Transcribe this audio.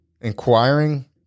inquiring